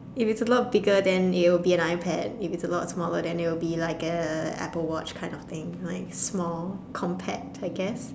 if it's a lot bigger then it'll be an iPad if it's a lot smaller then it'll be like a apple watch kind of thing like small compact I guess